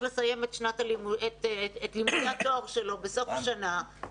לסיים את לימודי התואר שלו בסוף השנה,